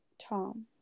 Tom